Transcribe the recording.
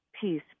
peace